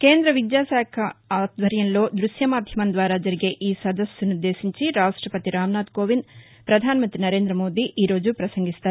కేంద్ర విద్యా మంతిత్వ శాఖ ఆధ్వర్యంలో దృశ్య మాధ్యమం ద్వారా జరిగే ఈ సదస్సునుద్దేశించి రాష్టపతి రామ్ నాథ్ కోవింద్ ప్రధానమంతి నరేంద్రమోదీ ఈరోజు ప్రసంగిస్తారు